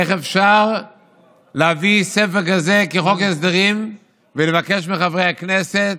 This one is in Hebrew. איך אפשר להביא ספר כזה כחוק הסדרים ולבקש מחברי הכנסת